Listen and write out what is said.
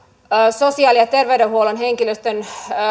sosiaali ja terveydenhuollon henkilöstön